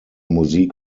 musik